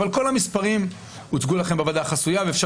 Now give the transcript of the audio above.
אבל כל המספרים הוצגו לכם בוועדה החסויה ואפשר